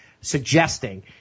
suggesting